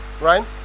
Right